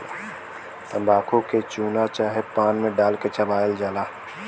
तम्बाकू के चूना चाहे पान मे डाल के चबायल जाला